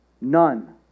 None